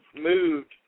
moved